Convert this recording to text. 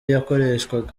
yakoreshwaga